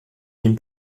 nim